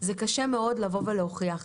זה קשה מאוד לבוא ולהוכיח.